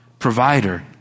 provider